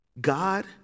God